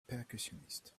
percussionist